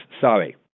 sorry